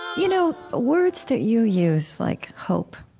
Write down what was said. you know, words that you use, like hope,